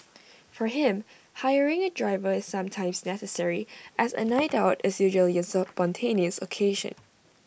for him hiring A driver is sometimes necessary as A night out is usually A spontaneous occasion